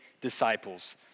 disciples